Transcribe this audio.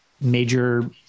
major